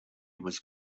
was